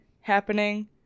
happening